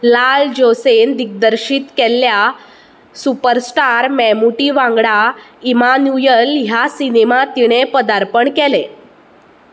लाल जोसेन दिग्दर्शीत केल्ल्या सुपरस्टार मेमुटी वांगडा इमान्युयल ह्या सिनेमांत तिणें पदार्पण केलें